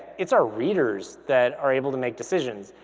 it's our readers that are able to make decisions.